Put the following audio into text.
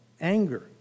anger